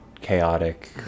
chaotic